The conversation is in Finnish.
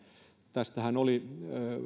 tästähän oli